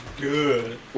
good